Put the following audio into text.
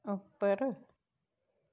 उप्पर